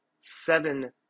seven